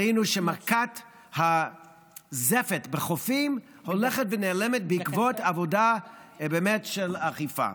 ראינו שמכת הזפת בחופים הולכת ונעלמת בעקבות עבודה של אכיפה.